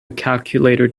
calculator